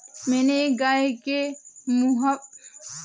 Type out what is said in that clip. मैंने एक गाय के मुहपका खुरपका रोग हुए देखा था